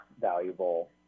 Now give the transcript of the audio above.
valuable